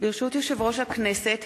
ברשות יושב-ראש הכנסת,